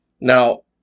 Now